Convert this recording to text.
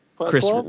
Chris